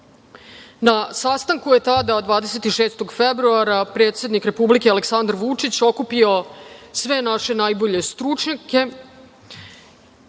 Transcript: sastanku je tada, 26. februara, predsednik Republike Aleksandar Vučić okupio sve naše najbolje stručnjake